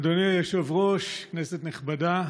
אדוני היושב-ראש, כנסת נכבדה,